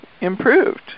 improved